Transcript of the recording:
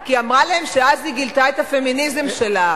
כי היא אמרה להם שאז היא גילתה את הפמיניזם שלה.